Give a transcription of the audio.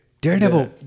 daredevil